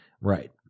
right